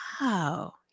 wow